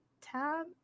tab